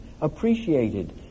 appreciated